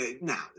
Now